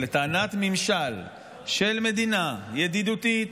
שלטענת ממשל של מדינה ידידותית,